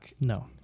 No